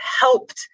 helped